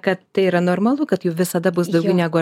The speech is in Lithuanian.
kad tai yra normalu kad jų visada bus daugiau negu